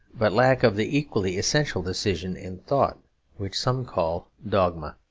but lack of the equally essential decision in thought which some call dogma.